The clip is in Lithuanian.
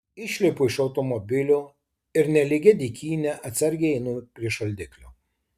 išlipu iš automobilio ir nelygia dykyne atsargiai einu prie šaldiklio